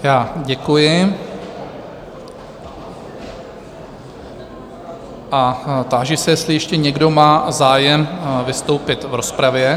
Já děkuji a táži se, jestli ještě někdo má zájem vystoupit v rozpravě?